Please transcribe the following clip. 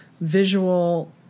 visual